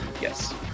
Yes